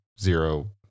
zero